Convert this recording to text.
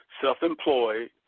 self-employed